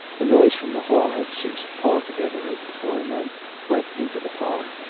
the noise from the hall had ceased altogether as the four men went into the parlour.